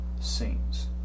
scenes